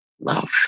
love